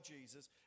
Jesus